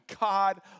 God